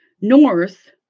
north